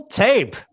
tape